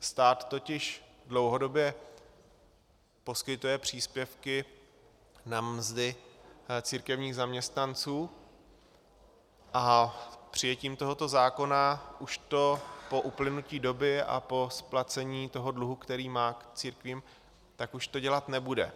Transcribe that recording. Stát totiž dlouhodobě poskytuje příspěvky na mzdy církevních zaměstnanců a přijetím tohoto zákona už to po uplynutí doby a po splacení toho dluhu, který má k církvím, dělat nebude.